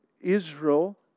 Israel